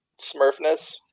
smurfness